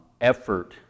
effort